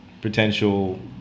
potential